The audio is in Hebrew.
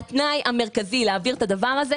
התנאי המרכזי להעביר את הדבר הזה,